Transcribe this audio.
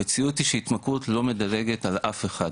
המציאות היא שהתמכרות לא מדלגת על אף אחד,